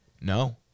No